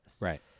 Right